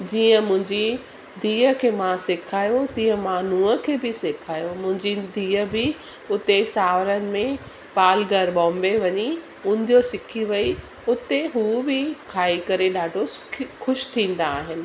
जीअं मुंहिंजी धीउ खे मां सिखायो तीअं मां नुंहं खे बि सेखारियो मुंहिंजी धीउ बि उते साउरनि में पालघर बॉम्बे वञी उंदियू सिखी वई उते उहा बि खाई करे ॾाढो सुखी खुश थींदा आहिनि